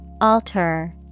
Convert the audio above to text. Alter